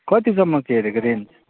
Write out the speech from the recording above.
कतिसम्मको हेरेको रेन्ज